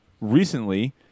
recently